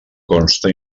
consta